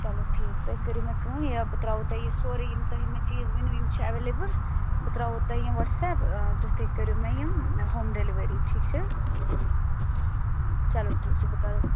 چلو ٹھیٖک تُہۍ کٔرِو مےٚ کٲم یا بہٕ ترٛاوو تۄہہِ یہِ سورُے یِم تۄہہِ مےٚ چیٖز ؤنوٕ یِم چھِ ایٚویلیبُل بہٕ ترٛاوو تۄہہِ یِم واٹٕس ایپ آ تہٕ تُہۍ کٔرِو مےٚ یِم ہوم ڈِیلِؤری ٹھیٖک چھا چلو ٹھیٖک چھُ بہٕ کَرو